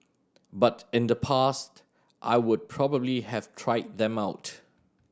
but in the past I would probably have tried them out